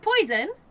poison